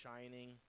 shining